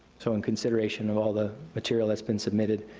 so in consideration of all the material that's been submitted,